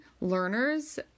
learners